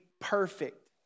perfect